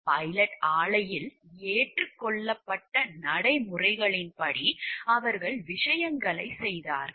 pilot ஆலையில் ஏற்றுக்கொள்ளப்பட்ட நடைமுறைகளின்படி அவர்கள் விஷயங்களைச் செய்தார்கள்